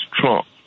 Trump